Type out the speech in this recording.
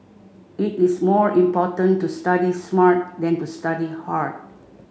it is more important to study smart than to study hard